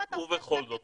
ובכל זאת,